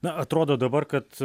na atrodo dabar kad